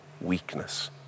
weakness